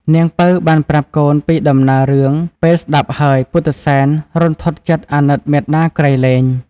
នាងពៅបានប្រាប់កូនពីដំណើររឿងពេលស្តាប់ហើយពុទ្ធិសែនរន្ធត់ចិត្តអាណិតមាតាក្រៃលែង។